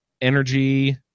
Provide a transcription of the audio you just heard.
energy